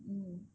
mm